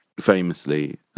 famously